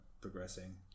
progressing